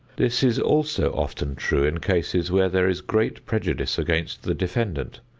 this is also often true in cases where there is great prejudice against the defendant,